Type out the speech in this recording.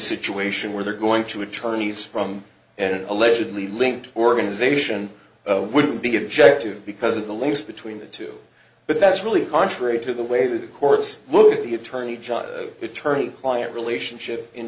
situation where they're going to a chinese from an allegedly linked organization wouldn't be objective because of the links between the two but that's really contrary to the way the courts look at the attorney john returning client relationship in